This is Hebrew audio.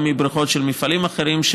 גם מבריכות של מפעלים אחרים.